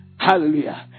Hallelujah